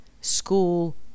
school